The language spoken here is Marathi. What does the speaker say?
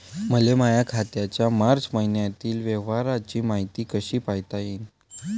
मले माया खात्याच्या मार्च मईन्यातील व्यवहाराची मायती कशी पायता येईन?